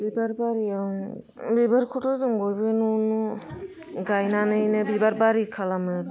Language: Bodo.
बिबार बारियाव बिबारखौथ' जों बयबो न' न' गायनानैनो बिबार बारि खालामो